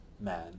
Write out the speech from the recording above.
man